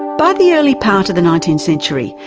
by the early part of the nineteenth century,